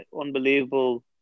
unbelievable